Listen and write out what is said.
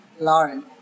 Lauren